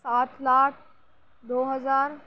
آٹھ لاکھ دو ہزار